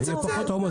יהיו פחות עומסים.